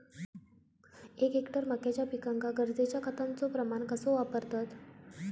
एक हेक्टर मक्याच्या पिकांका गरजेच्या खतांचो प्रमाण कसो वापरतत?